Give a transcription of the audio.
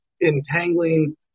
entangling